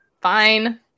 fine